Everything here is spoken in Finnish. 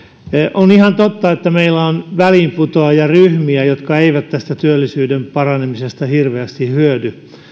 on ihan totta että meillä on väliinputoajaryhmiä jotka eivät tästä työllisyyden paranemisesta hirveästi hyödy